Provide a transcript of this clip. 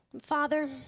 Father